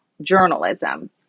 journalism